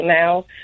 now